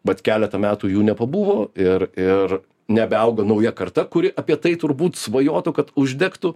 vat keletą metų jų nepabuvo ir ir nebeauga nauja karta kuri apie tai turbūt svajotų kad uždegtų